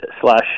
slash